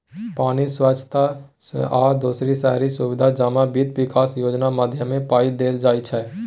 पानि, स्वच्छता आ दोसर शहरी सुबिधा जमा बित्त बिकास योजना माध्यमे पाइ देल जाइ छै